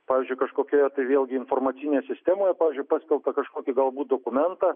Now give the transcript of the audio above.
pavyzdžiui kažkokioje tai vėlgi informacinėje sistemoje pavyzdžiui paskelbtą kažkokį galbūt dokumentą